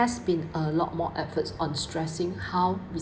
has been a lot more efforts on stressing how